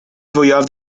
fwyaf